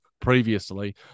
previously